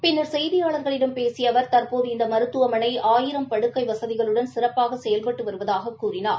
பின்னா் செய்தியாளர்களிடம் பேசிய அவா் தற்போது இந்த மருத்துவமனை ஆயிரம் படுக்கை வசதிகளுடன் சிறப்பாக செயல்பட்டு வருவதாகக் கூறினார்